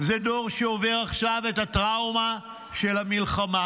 זה דור שעובר עכשיו את הטראומה של המלחמה,